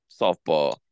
Softball